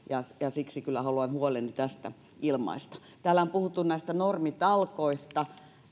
ja ja siksi kyllä haluan huoleni tästä ilmaista täällä on puhuttu näistä normitalkoista